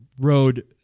road